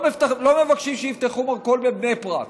לא מבקשים שיפתחו מרכול בבני ברק,